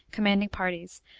commanding parties,